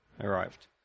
arrived